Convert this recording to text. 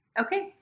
Okay